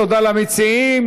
תודה למציעים